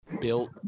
Built